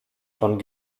von